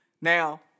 now